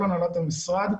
כל הנהלת המשרד,